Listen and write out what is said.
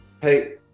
hey